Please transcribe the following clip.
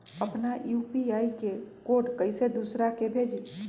अपना यू.पी.आई के कोड कईसे दूसरा के भेजी?